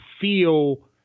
feel